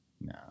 No